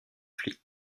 fleet